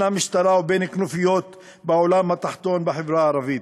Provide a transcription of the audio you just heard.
המשטרה ובין כנופיות בעולם התחתון בחברה הערבית.